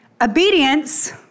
Obedience